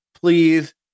please